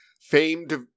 famed